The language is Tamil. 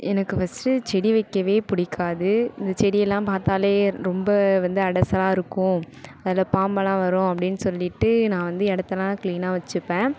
எனக்கு ஃபஸ்ட்டு செடி வைக்கவே பிடிக்காது இந்த செடியெல்லாம் பார்த்தாலே ரொம்ப வந்து அடைசலா இருக்கும் அதில் பாம்பெல்லாம் வரும் அப்படின்னு சொல்லிட்டு நான் வந்து இடத்தெல்லாம் க்ளீனாக வச்சுப்பேன்